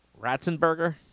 Ratzenberger